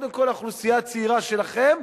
קודם כול לאוכלוסייה הצעירה שלכם,